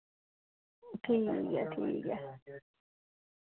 ठीक ऐ ठीक ऐ